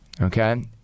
okay